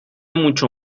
mucho